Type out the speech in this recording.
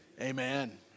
amen